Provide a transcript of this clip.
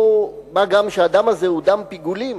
מה גם שהדם הזה הוא דם פיגולים,